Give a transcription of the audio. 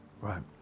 Right